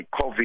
COVID